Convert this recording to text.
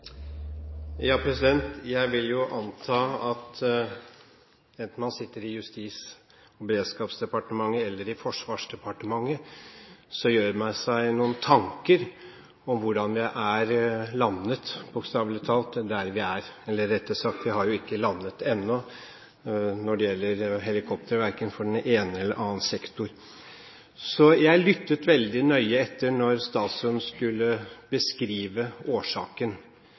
Jeg vil anta at enten man sitter i Justis- og beredskapsdepartementet eller i Forsvarsdepartementet gjør man seg noen tanker om hvordan vi har landet – bokstavelig talt – der vi er. Eller rettere sagt: Vi har jo ikke landet ennå når det gjelder helikoptre, for verken den ene eller den andre sektor, så jeg lyttet veldig nøye etter da statsråden skulle beskrive årsaken.